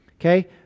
Okay